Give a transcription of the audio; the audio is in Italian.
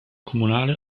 comunale